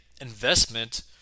investment